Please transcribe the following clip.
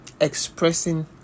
expressing